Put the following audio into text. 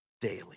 daily